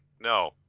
no